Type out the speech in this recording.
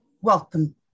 welcome